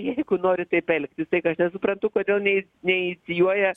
jeigu nori taip elgtis tik aš nesuprantu kodėl nei neinicijuoja